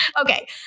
Okay